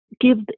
give